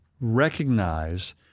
recognize